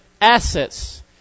assets